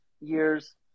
years